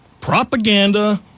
propaganda